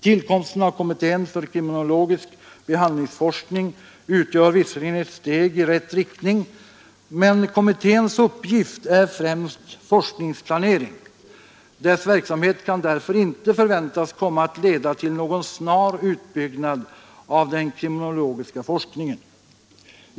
Tillkomsten av kommittén för kriminologisk behandlingsforskning utgör visserligen ett steg i rätt riktning, men kommitténs uppgift är främst forskningsplanering. Dess verksamhet kan därför inte förväntas komma att leda till någon snar utbyggnad av den kriminologiska forskningen.